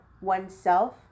oneself